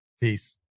Peace